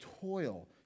toil